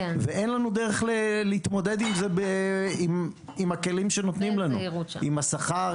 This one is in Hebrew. אין לנו דרך להתמודד עם זה עם הכלים שנותנים לנו: עם השכר,